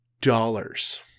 dollars